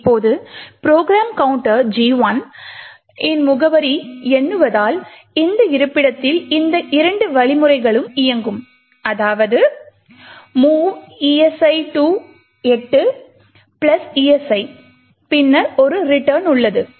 இப்போது program counter G 1 இன் முகவரியை எண்ணுவதால் இந்த இருப்பிடத்தில் இந்த இரண்டு வழிமுறைகளும் இயங்கும் அதாவது move esi to 8 esi பின்னர் ஒரு return உள்ளது